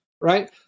right